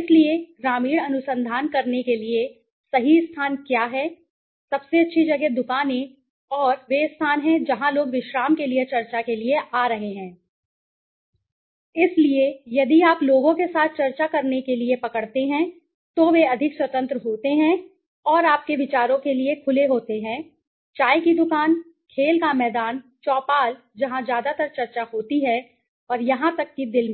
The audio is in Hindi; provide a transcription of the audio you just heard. इसलिए ग्रामीण अनुसंधान करने के लिए सही स्थान क्या हैं सबसे अच्छी जगह दुकानें और वे स्थान हैं जहाँ लोग विश्राम के लिए चर्चा के लिए आ रहे हैं इसलिए यदि आप लोगों के साथ चर्चा करने के लिए पकड़ते हैं तो वे अधिक स्वतंत्र होते हैं और आपके विचारों के लिए खुले रहते हैं चाय की दुकान खेल का मैदान चौपाल जहां ज्यादातर चर्चा होती है और यहां तक कि दिल में भी